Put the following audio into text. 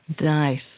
Nice